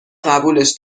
قبولش